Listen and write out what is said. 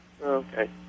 Okay